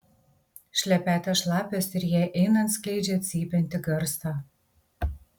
šlepetės šlapios ir jai einant skleidžia cypiantį garsą